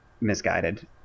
misguided